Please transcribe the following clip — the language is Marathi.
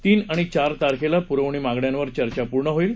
तीन आणि चार तारखेला प्रवणी मागण्यांवर चर्चा पूर्ण होईल